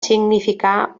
significar